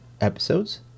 episodes